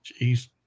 Jeez